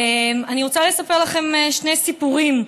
אני רוצה לספר לכם שני סיפורים,